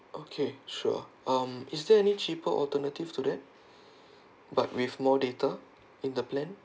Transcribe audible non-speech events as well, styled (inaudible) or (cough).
okay sure um is there any cheaper alternative to that (breath) but with more data in the plan